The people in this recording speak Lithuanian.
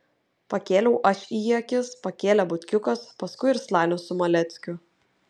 pakėliau aš į jį akis pakėlė butkiukas paskui ir slanius su maleckiu